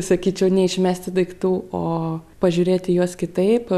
sakyčiau neišmesti daiktų o pažiūrėti juos kitaip